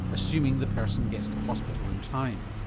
assuming the person gets to hospital in time.